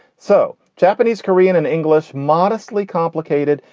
so japanese, korean and english modestly complicated,